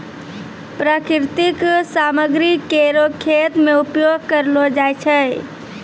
प्राकृतिक सामग्री केरो खेत मे उपयोग करलो जाय छै